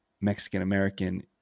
Mexican-American